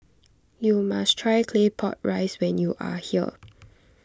you must try Claypot Rice when you are here